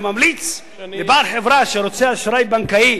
אני ממליץ לבעל חברה שרוצה אשראי בנקאי